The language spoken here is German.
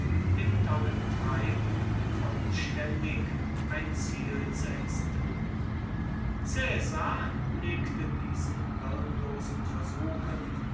dem tollen treiben vollständig ein ziel setzte caesar legte diesen hirnlosen versuchen